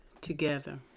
together